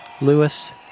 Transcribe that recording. Lewis